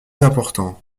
importants